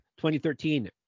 2013